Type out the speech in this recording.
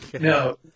No